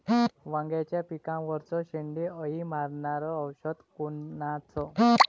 वांग्याच्या पिकावरचं शेंडे अळी मारनारं औषध कोनचं?